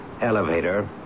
Elevator